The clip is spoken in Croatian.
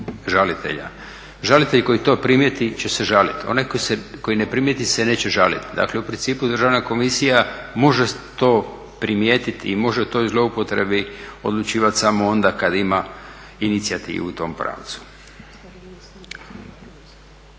žalitelja. Žalitelj koji to primijeti će se žaliti. Onaj koji ne primijeti se neće žaliti. Dakle, u principu Državna komisija može to primijetiti i može o toj zloupotrebi odlučivati samo onda kad ima inicijativu u tom pravcu.